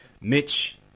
Mitch